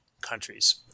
countries